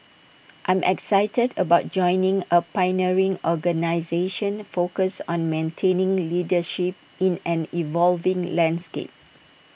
I'm excited about joining A pioneering organisation focused on maintaining leadership in an evolving landscape